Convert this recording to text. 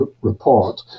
report